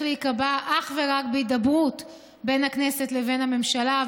להיקבע אך ורק בהידברות בין הכנסת לבין הממשלה,